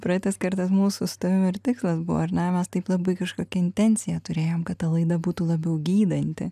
praeitas kartas mūsų su tavim ir tikslas buvo ar ne mes taip labai kažkokią intenciją turėjom kad ta laida būtų labiau gydanti